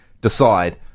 decide